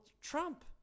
Trump